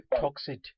toxic